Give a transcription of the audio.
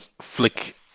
flick